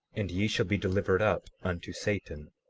and ye shall be delivered up unto satan,